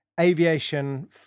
aviation